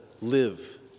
live